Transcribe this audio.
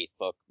Facebook